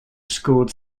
scored